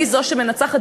היא זו שמנצחת,